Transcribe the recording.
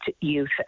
youth